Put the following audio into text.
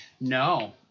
No